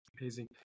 Amazing